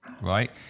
right